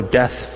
death